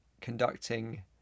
conducting